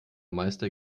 meister